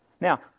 Now